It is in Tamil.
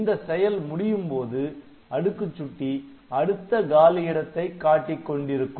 இந்த செயல் முடியும்போது அடுக்குச் சுட்டி அடுத்த காலியிடத்தை காட்டிக் கொண்டிருக்கும்